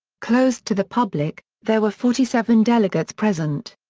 closed to the public, there were forty seven delegates present.